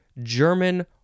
German